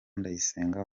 ndayisenga